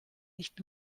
nicht